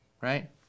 right